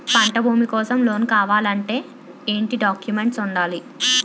పంట భూమి కోసం లోన్ కావాలి అంటే ఏంటి డాక్యుమెంట్స్ ఉండాలి?